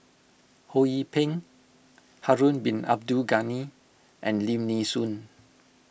Ho Yee Ping Harun Bin Abdul Ghani and Lim Nee Soon